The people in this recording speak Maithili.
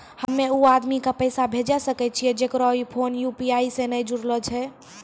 हम्मय उ आदमी के पैसा भेजै सकय छियै जेकरो फोन यु.पी.आई से नैय जूरलो छै?